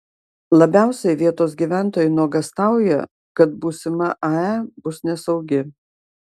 labiausiai vietos gyventojai nuogąstauja kad būsima ae bus nesaugi